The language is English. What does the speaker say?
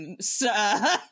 sir